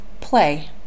play